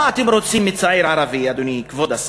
מה אתם רוצים מצעיר ערבי, אדוני כבוד השר?